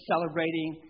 celebrating